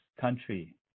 country